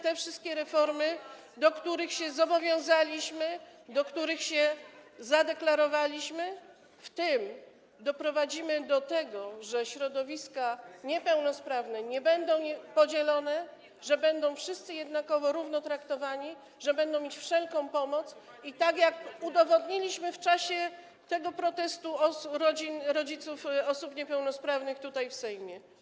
te wszystkie reformy, do których się zobowiązaliśmy, co do których się zadeklarowaliśmy, w tym doprowadzimy do tego, że środowiska niepełnosprawne nie będą podzielone, że będą wszyscy jednakowo, równo traktowani, że będą mieć wszelką pomoc, tak jak udowodniliśmy to w czasie tego protestu rodziców osób niepełnosprawnych tutaj w Sejmie.